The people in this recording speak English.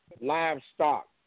Livestock